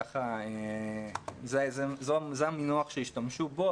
זה המינוח שהשתמשו בו,